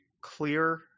clear